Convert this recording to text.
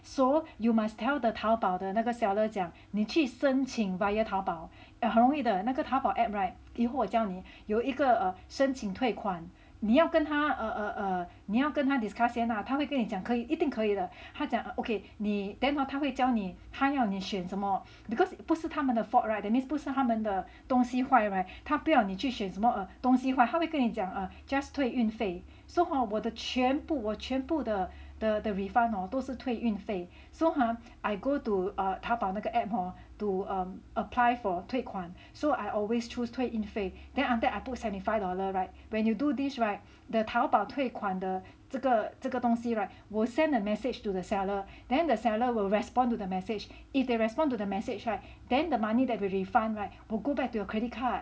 so you must tell the Taobao 的那个 seller 讲你去申请 via 淘宝很容易的那个淘宝 app [right] 以后我教你有一个申请退款你要跟他 err err 你要跟他 discuss 先啦他会跟你讲可以一定可以的他讲 okay 你 then hor 他会教你他要你选什么 because 不是他们的 fault [right] that means 不是他们的东西坏了他不要你去选什么东西坏他会跟你讲啊 just 退运费 so hor 我的全部我全部的的 refund hor 都是退运费 so !huh! I go to err 淘宝那个 app hor to apply for 退款 so I always choose 退运费 that after that I put seventy five dollar [right] when you do this [right] the Taobao 退款的这个这个东西 [right] will send a message to the seller then the seller will respond with a message if they respond to the message [right] then that will be refund [right] will go back to your credit card